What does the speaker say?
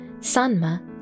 sanma